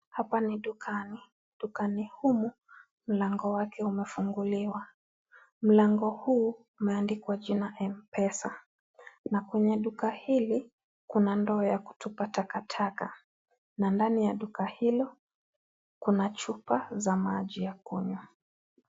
Hapa ni dukani. Dukani humu mlango wake umefunguliwa. Mlango huu, umeandikwa jina Mpesa na kwenye duka hili kuna ndoo ya kutupa takataka na ndani ya duka hilo, kuna chupa za maji ya kunywa.